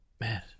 Man